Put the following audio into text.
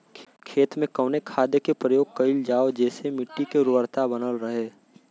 खेत में कवने खाद्य के प्रयोग कइल जाव जेसे मिट्टी के उर्वरता बनल रहे?